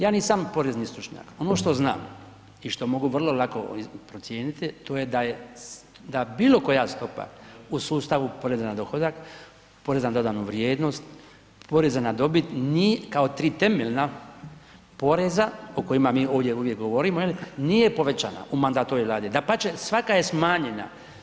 Ja nisam porezni stručnjak, ono što znam i mogu vrlo lako procijeniti to je da bilo koja stopa u sustavu poreza na dohodak, poreza na dodanu vrijednost, poreza na dobit, kao tri temeljna poreza o kojima mi ovdje uvijek govorimo jeli, nije povećana u mandatu ove Vlade, dapače svaka je smanjena.